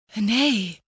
Nay